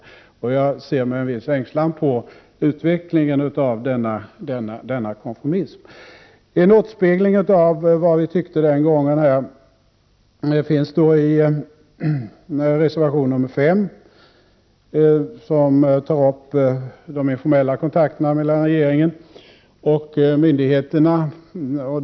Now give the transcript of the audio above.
Jag ser med en viss ängslan på utvecklingen av denna konformism. En återspegling av vad vi tyckte den gången finns i reservation nr 5, som tar upp de informella kontakterna mellan regeringen och myndigheterna.